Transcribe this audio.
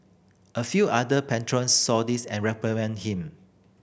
a few other patrons saw this and reprimanded him